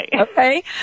Okay